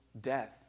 death